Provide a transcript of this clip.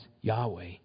Yahweh